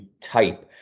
type